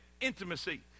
intimacy